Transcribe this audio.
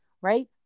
right